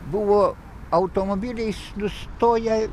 buvo automobiliais nustoję ir